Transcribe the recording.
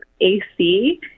AC